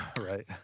right